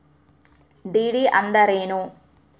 DD ಅಂದ್ರೇನು?